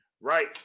right